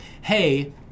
hey